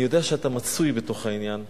אני יודע שאתה מצוי בתוך העניין,